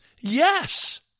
yes